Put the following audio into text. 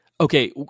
Okay